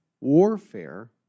warfare